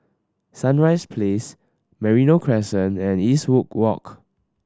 Sunrise Place Merino Crescent and Eastwood Walk